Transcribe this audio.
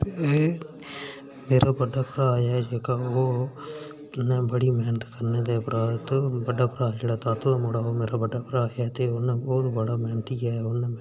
ते मेरा बड्डा भ्राऽ ऐ जेह्का ओह् उ'न्न बड़ी मैह्नत करने दे परैंत्त बड्डा भ्राऽ जेह्का तातो दा मुड़ा ओह् मेरे शा बड्डा भ्राऽ ऐ ते हून बहुत बड़ा मैंह्नती ऐ ते हून